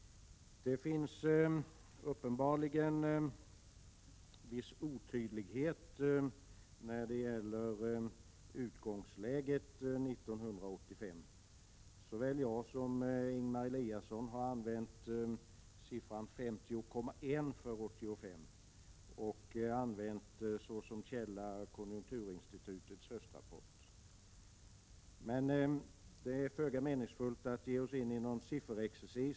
Det råder uppenbarligen viss otydlighet när det gäller utgångsläget 1985. Såväl jag som Ingemar Eliasson har använt talet 50,1 för 1985, och vi har såsom källa använt konjunkturinstitutets höstrapport. Det är emellertid föga meningsfullt att vi ger oss in i någon sifferexercis.